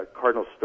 Cardinal